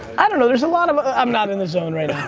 i don't know, there's a lot. i'm ah um not in the zone right now.